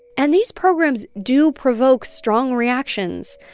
and these programs do provoke strong reactions.